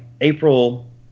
April